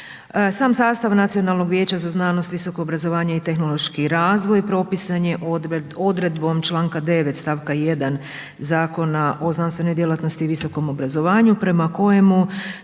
Sam sastav Nacionalnog vijeća za znanost, visoko obrazovanje i tehnološki razvoj propisan je odredbom članka 9. stavka 1. Zakona o znanstvenoj djelatnosti i visokom obrazovanju prema kojemu